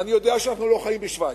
ואני יודע שאנחנו לא חיים בשווייץ.